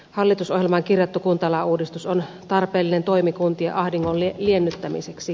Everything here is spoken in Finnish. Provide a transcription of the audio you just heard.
hallitusohjelmaan kirjattu kuntalain uudistus on tarpeellinen toimi kuntien ahdingon liennyttämiseksi